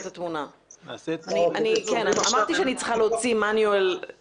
הוא נעשה בעקבות מקרים שאנשים הגיעו ללשכות